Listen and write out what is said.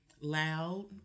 loud